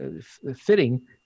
fitting